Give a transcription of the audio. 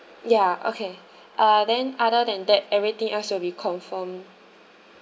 ya okay ah then other than that everything else will be confirmed